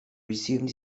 resumed